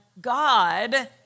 God